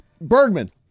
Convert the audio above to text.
Bergman